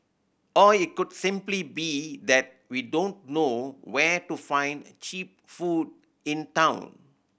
or it could simply be that we don't know where to find cheap food in town